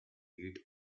heat